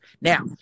Now